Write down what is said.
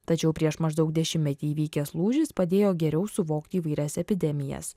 tačiau prieš maždaug dešimtmetį įvykęs lūžis padėjo geriau suvokti įvairias epidemijas